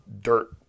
dirt